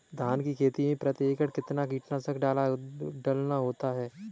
धान की खेती में प्रति एकड़ कितना कीटनाशक डालना होता है?